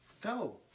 Go